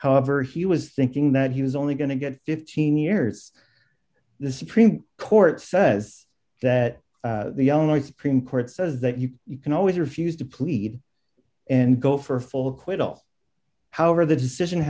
however he was thinking that he was only going to get fifteen years the supreme court says that the only supreme court says that you can always refuse to plead and go for a full quibble however the decision